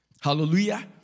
Hallelujah